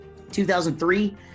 2003